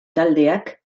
taldeak